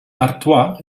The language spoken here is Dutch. artois